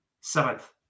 seventh